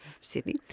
Sydney